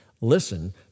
Listen